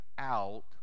out